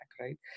right